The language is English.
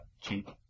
cheap